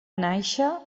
nàixer